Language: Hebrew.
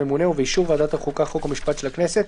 הממונה) ובאישור ועדת החוקה חוק ומשפט של הכנסת,